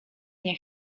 nie